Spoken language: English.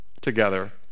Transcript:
together